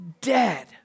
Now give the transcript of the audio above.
dead